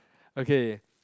okay